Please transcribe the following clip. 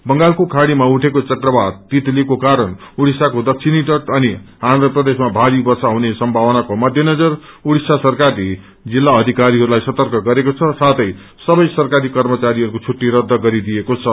बंगालको खड़ीमा उठेको चक्रवात तितलीको कारण्र उड़िसाको दक्षिणी तट अनि आन्ध्र प्रदेशमा भारी वष्प हुने सम्भावनाको मध्यनजर उडित्रसा सरकारले जिल्ल अध्किारीहरूलाई सर्तक गरेको छ साथै सबै सरकारी कर्मचारीहरूको छुट्ट रद्घ गरिदिएको छ